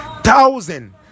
thousand